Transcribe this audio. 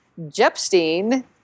Jepstein